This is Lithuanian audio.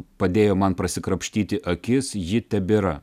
padėjo man prasikrapštyti akis ji tebėra